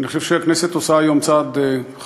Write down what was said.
אני חושב שהכנסת עושה היום צעד חשוב